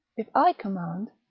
if i command,